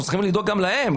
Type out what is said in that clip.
אנחנו צריכים לדאוג גם להם,